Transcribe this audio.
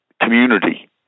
community